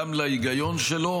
גם להיגיון שלו,